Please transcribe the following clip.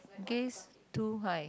gaze too high